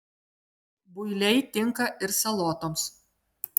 builiai tinka ir salotoms